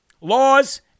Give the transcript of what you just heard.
laws